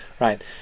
right